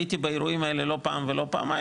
הייתי באירועים האלו לא פעם ולא פעמיים,